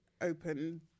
open